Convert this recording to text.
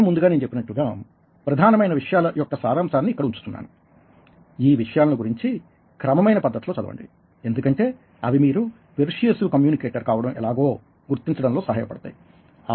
కొంచెం ముందుగా నేను చెప్పినట్లుగా ప్రధానమైన విషయాల యొక్క సారాంశాన్ని ఇక్కడ ఉంచుతున్నాను ఈ విషయాలను గురించి క్రమమైన పద్ధతిలో చదవండి ఎందుకంటే అవి మీరు పెర్స్యుయేసివ్ కమ్యూనికేటర్ కావడం ఎలాగో గుర్తించడంలో సహాయపడతాయి